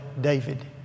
David